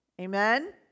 Amen